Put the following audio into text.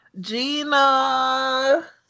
Gina